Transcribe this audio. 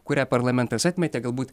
kurią parlamentas atmetė galbūt